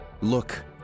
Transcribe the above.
look